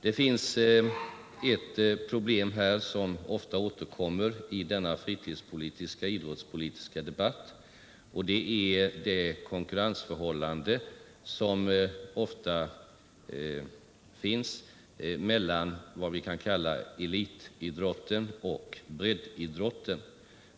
Det finns ett problem som ofta återkommer i den idrottspolitiska debatten, och det är det konkurrensförhållande som många gånger råder mellan vad vi kan kalla elitidrotten och breddidrotten.